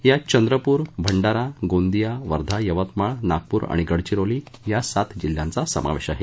यात चंद्रपूर भंडारा गोंदिया वर्धा यवतमाळ नागपूर आणि गडचिरोली या सात जिल्ह्यांचा समावेश आहे